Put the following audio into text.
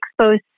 exposed